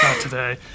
today